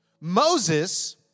Moses